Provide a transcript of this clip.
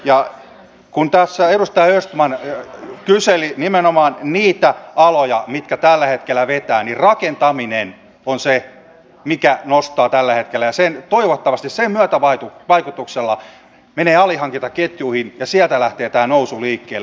ja kun tässä edustaja östman kyseli nimenomaan niitä aloja mitkä tällä hetkellä vetävät niin rakentaminen on se mikä nostaa tällä hetkellä ja toivottavasti sen myötävaikutuksella menee nousu alihankintaketjuihin ja sieltä lähtee tämä nousu liikkeelle